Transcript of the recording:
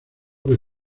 que